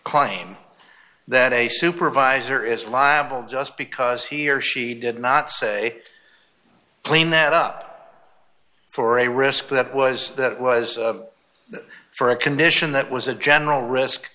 claim that a supervisor is liable just because he or she did not say clean that up for a risk that was that was for a condition that was a general risk